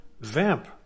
Vamp